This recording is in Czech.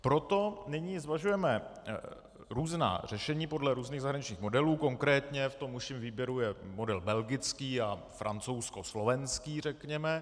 Proto nyní zvažujeme různá řešení podle různých zahraničních modelů, konkrétně v užším výběru je model belgický a francouzskoslovenský řekněme.